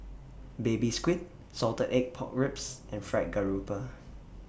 Baby Squid Salted Egg Pork Ribs and Fried Garoupa